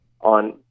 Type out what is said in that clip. on